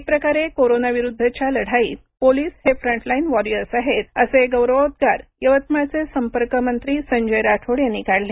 एकप्रकारे कोरोनाविरुध्दच्या लढाईत पोलिस हे फ्रंटलाईन वॉरीअर्स आहेत असे गौरवोद्वागार यवतमाळचे संपर्क मंत्री संजय राठोड यांनी काढले